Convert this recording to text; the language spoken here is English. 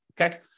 Okay